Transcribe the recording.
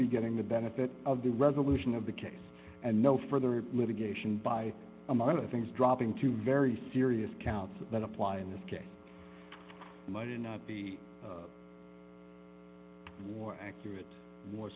be getting the benefit of the resolution of the case and no further litigation by among other things dropping to very serious counts that apply in this case might be more accurate more